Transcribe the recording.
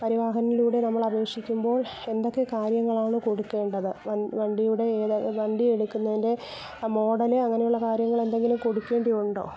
പരിവാഹനിലൂടെ നമ്മൾ അപേക്ഷിക്കുമ്പോൾ എന്തൊക്കെ കാര്യങ്ങളാണ് കൊടുക്കേണ്ടത് വണ്ടിയുടെ ഏത് വണ്ടി എടുക്കുന്നതിൻ്റെ മെഡല് അങ്ങനെയുള്ള കാര്യങ്ങളെന്തെങ്കിലും കൊടുക്കേണ്ടിയത് ഉണ്ടോ